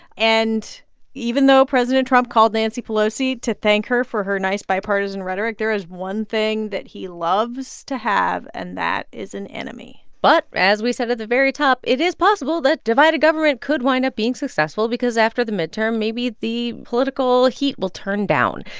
and even though president trump called nancy pelosi to thank her for her nice bipartisan rhetoric, there is one thing that he loves to have, and that is an enemy but as we said at the very top, it is possible that divided government could wind up being successful because after the midterm maybe the political heat will turn down.